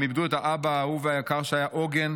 הם איבדו את האבא האהוב והיקר שהיה עוגן,